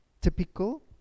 typical